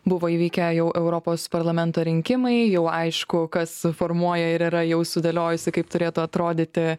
buvo įvykę jau europos parlamento rinkimai jau aišku kas formuoja ir yra jau sudėliojusi kaip turėtų atrodyti